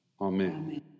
Amen